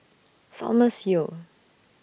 Thomas Yeo